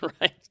Right